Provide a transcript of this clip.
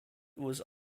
was